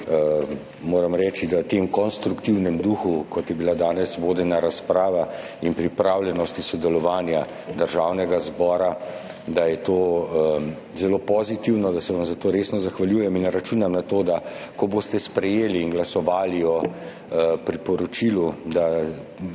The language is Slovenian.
Moram reči, da sta konstruktivni duh, v katerem je bila danes vodena razprava, in pripravljenost sodelovanja Državnega zbora zelo pozitivna, da se vam za to resno zahvaljujem. Računam na to, da ko boste sprejeli in glasovali o priporočilu, da